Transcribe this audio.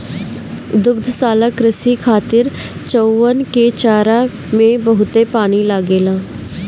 दुग्धशाला कृषि खातिर चउवन के चारा में बहुते पानी लागेला